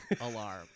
alarm